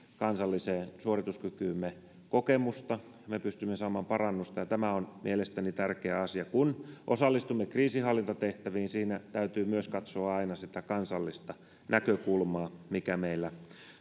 kansalliseen suorituskykyymme kokemusta me pystymme saamaan parannusta ja tämä on mielestäni tärkeä asia kun osallistumme kriisinhallintatehtäviin siinä täytyy myös katsoa aina sitä kansallista näkökulmaa mikä meillä